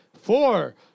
four